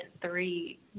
three